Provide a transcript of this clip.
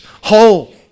whole